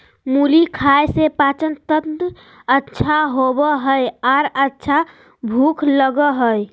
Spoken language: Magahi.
मुली खाय से पाचनतंत्र अच्छा होबय हइ आर अच्छा भूख लगय हइ